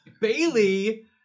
Bailey